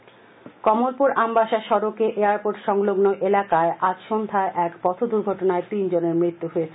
দুর্ঘটনা কমলপুর আমবাসা সডকে এয়ারপোর্ট সংলগ্ন এলাকায় আজ সন্ধ্যায় এক পথ দুর্ঘটনায় তিনজনের মৃত্যু হয়েছে